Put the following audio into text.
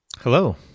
Hello